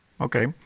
Okay